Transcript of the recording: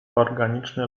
organiczne